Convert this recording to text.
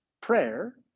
prayer